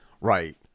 right